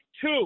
Two